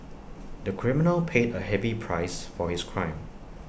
the criminal paid A heavy price for his crime